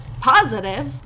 positive